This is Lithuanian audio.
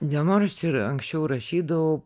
dienoraštį ir anksčiau rašydavau